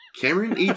Cameron